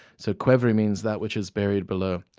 so qvevri means that which is buried below.